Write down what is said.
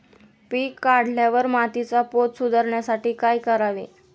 पीक काढल्यावर मातीचा पोत सुधारण्यासाठी काय करावे?